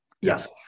Yes